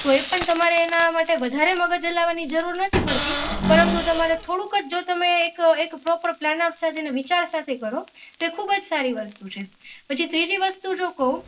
તો એ પણ તમારે બનાવવા માટે વધારે મગજ હલાવાની જરૂર નથી પડતી પરંતુ તમારે થોડુંક જ જો તમે એક પ્રોપર પ્લાન આઉટ સાથે અને વિચાર સાથે કરો એ ખૂબ જ સારી વસ્તુ છે પછી ત્રીજી વસ્તુ જો કહું